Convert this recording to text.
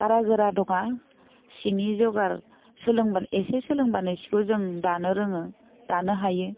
बारा गोरा दङा सिनि जगार सोलोंबा एसे सोलोंबानो सिखौ जों दानो रोङो दानो हायो